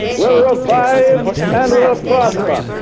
we'll revive and we'll prosper.